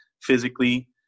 physically